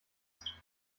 ist